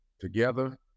together